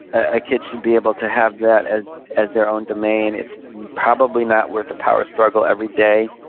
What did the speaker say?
a kid should be able to have that as as their own domain. it's probably not worth a power struggle every day.